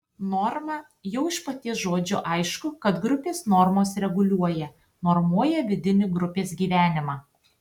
norma jau iš paties žodžio aišku kad grupės normos reguliuoja normuoja vidinį grupės gyvenimą